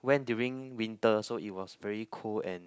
went during winter so it was very cold and